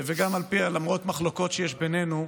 למרות המחלוקות שיש בינינו,